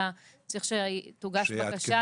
אלא צריך שתוגש בקשה.